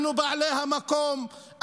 אנחנו בעלי המקום,